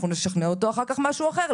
אנחנו נשכנע אותו אחר כך משהו אחר,